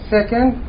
Second